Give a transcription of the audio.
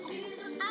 Jesus